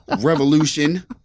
revolution